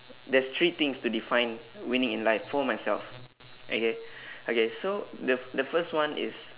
there's three things to define winning in life for myself okay okay so the f~ the first one is